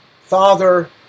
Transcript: Father